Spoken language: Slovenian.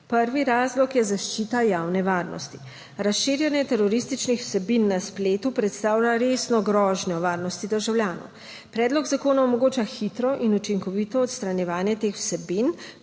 Prvi razlog je zaščita javne varnosti. Razširjanje terorističnih vsebin na spletu predstavlja resno grožnjo varnosti državljanov. Predlog zakona omogoča hitro in učinkovito odstranjevanje teh vsebin,